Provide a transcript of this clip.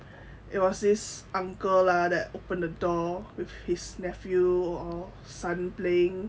it was this uncle lah that opened the door with his nephew or son playing